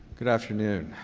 good afternoon.